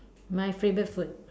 my favorite food